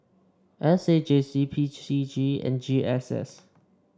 S A J C P C G and G S S